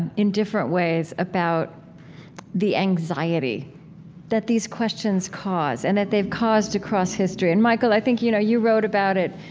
in different ways about the anxiety that these questions cause, and that they've caused across history. and michael, i think, you know, you wrote about it,